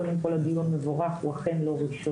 קודם כל הדיון הוא מבורך, הוא אכן לא ראשוני.